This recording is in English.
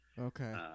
Okay